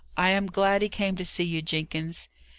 i am glad he came to see you, jenkins.